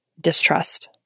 distrust